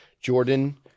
jordan